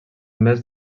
més